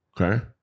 okay